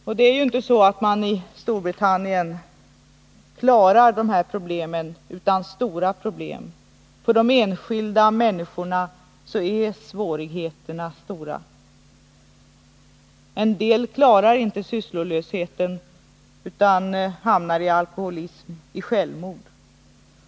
Och det är ju inte så, att man i Storbritannien klarar arbetslösheten utan stora problem. För de enskilda människorna är svårigheterna stora. En del klarar inte sysslolösheten utan hamnar i alkoholism, i självmord.